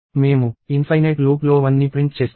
మేము ఇన్ఫైనేట్ లూప్లో 1ని ప్రింట్ చేస్తాము